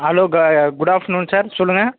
hello கா good afternoon sir சொல்லுங்கள்